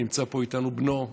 נמצא פה איתנו בנו,